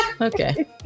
okay